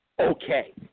okay